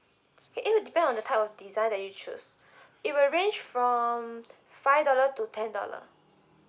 it it will depend on the type of design that you choose it will range from five dollar to ten dollar